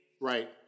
Right